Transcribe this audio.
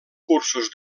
cursos